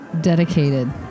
dedicated